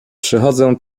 przychodzę